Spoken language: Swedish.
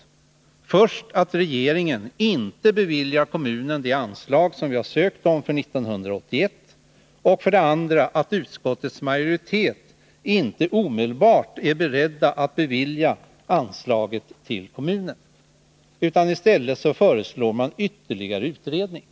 Jag avser då för det första att regeringen inte beviljar kommunen det anslag som äskats för 1981 och för det andra att utskottets majoritet inte omedelbart är beredd att bevilja anslaget. I stället föreslår man en ytterligare utredning.